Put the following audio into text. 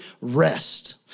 rest